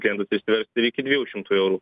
klientas išsiverst ir iki dviejų šimtų eurų